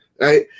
right